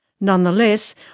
Nonetheless